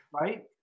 Right